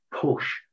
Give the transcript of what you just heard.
push